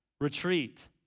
Retreat